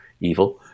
evil